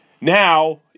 Now